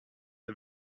the